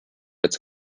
its